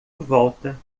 volta